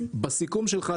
בסיכום שלך,